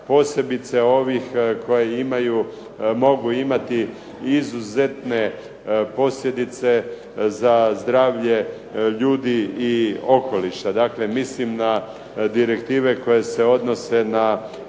posebice ovih koje mogu imati izuzetne posljedice za zdravlje ljudi i okoliša. Mislim na direktive koje se odnose na